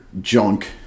junk